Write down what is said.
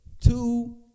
Two